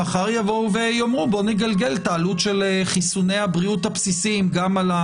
מחר יבואו ויאמרו: בואו נגלגל את העלות של חיסוני הבריאות הבסיסיים גם.